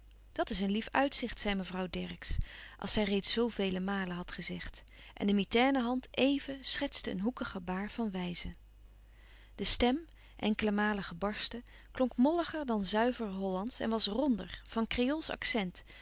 dat is een lief uitzicht zei mevrouw dercksz als zij reeds zoo vele malen had gezegd en de mitaine hand even schetste een hoekig gebaar van wijzen de stem enkele malen gebarsten klonk molliger dan zuiver hollandsch en was ronder van kreoolsch accent